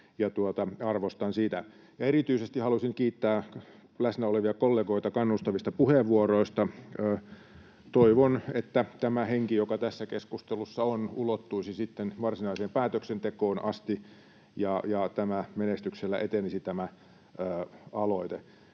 arvostan sitä. Erityisesti haluaisin kiittää läsnä olevia kollegoita kannustavista puheenvuoroista. Toivon, että tämä henki, joka tässä keskustelussa on, ulottuisi sitten varsinaiseen päätöksentekoon asti ja tämä aloite